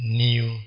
new